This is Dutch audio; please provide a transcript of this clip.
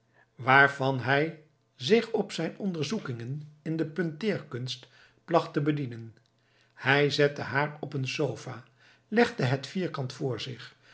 waarvan hij zich op zijn onderzoekingen in de punteerkunst placht te bedienen hij zette haar op een sofa legde het vierkant voor zich